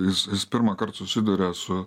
jis jis pirmąkart susiduria su